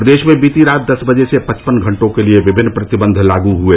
प्रदेश में बीती रात दस बजे से पचपन घंटों के लिए विभिन्न प्रतिबन्ध लागू हुए